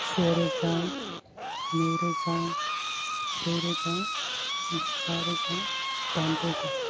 से रोजा नै रोजा ब्रै रोजा बा रोजा डाइन रोजा